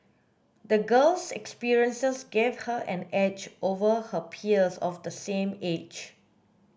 the girl's experiences gave her an edge over her peers of the same age